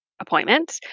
appointment